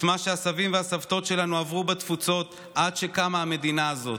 את מה שהסבים והסבתות שלנו עברו בתפוצות עד שקמה המדינה הזאת,